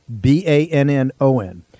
B-A-N-N-O-N